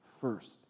first